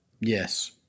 Yes